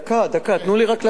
תנו לי רק להסביר מה אני קיבלתי.